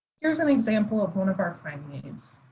here's an example of one of our finding aids.